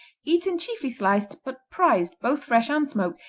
eaten chiefly sliced, but prized, both fresh and smoked,